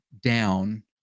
down